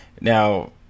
Now